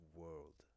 world